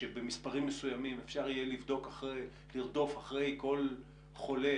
שבמספרים מסוימים אפשר יהיה לרדוף אחר כל חולה,